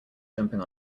jumping